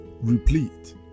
replete